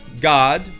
god